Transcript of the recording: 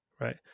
Right